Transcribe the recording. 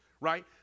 Right